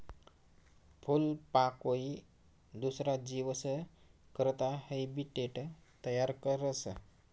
फूलपाकोई दुसरा जीवस करता हैबीटेट तयार करस